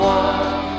one